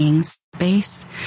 space